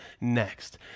next